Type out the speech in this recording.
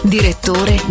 Direttore